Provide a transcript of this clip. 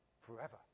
forever